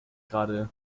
geradezu